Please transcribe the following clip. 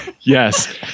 Yes